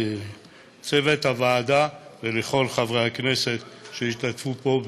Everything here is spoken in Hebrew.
לצוות הועדה ולכל חברי הכנסת שהשתתפו פה,